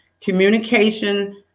communication